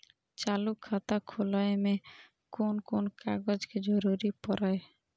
चालु खाता खोलय में कोन कोन कागज के जरूरी परैय?